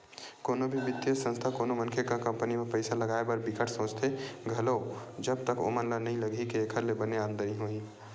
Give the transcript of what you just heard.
कोनो भी बित्तीय संस्था कोनो मनखे के कंपनी म पइसा लगाए बर बिकट सोचथे घलो जब तक ओमन ल नइ लगही के एखर ले बने आमदानी होही